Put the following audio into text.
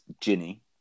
Ginny